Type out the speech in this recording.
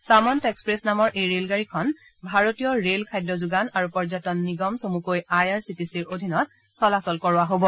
চামন্ত express নামৰ এই ৰেলগাড়ীখন ভাৰতীয় ৰেল খাদ্য যোগান আৰু পৰ্যটন নিগম চমুকৈ আই আৰ চি টি চিৰ অধীনত চলাচল কৰোৱা হ'ব